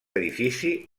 edifici